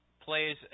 plays